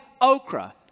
okra